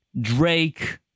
Drake